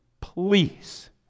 Please